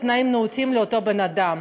לתנאים נאותים לאותו בן-אדם.